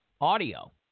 audio